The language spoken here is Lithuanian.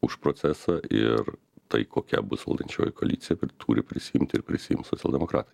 už procesą ir tai kokia bus valdančioji koalicija turi prisiimti ir prisiims socialdemokratai